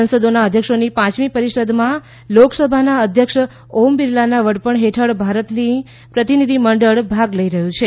સંસદોનાં અધ્યક્ષોની પાંચમી પરિષદમાં લોકસભાનાં અધ્યક્ષ ઓમ બિરલાનાં વડપણ હેઠળ ભારતીય પ્રતિનિધી મંડળ ભાગ લઈ રહ્યું છે